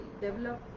develop